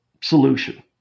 solution